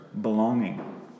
belonging